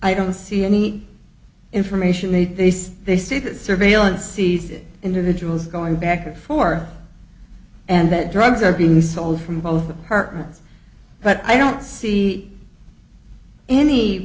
i don't see any information made this they see the surveillance sees it individuals going back and forth and that drugs are being sold from both apartments but i don't see any